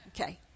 Okay